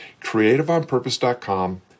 creativeonpurpose.com